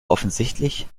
offensichtlich